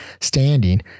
standing